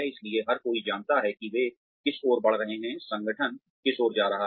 इसलिए हर कोई जानता है कि वे किस ओर बढ़ रहे हैं संगठन किस ओर जा रहा है